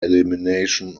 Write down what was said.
elimination